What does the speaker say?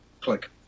Click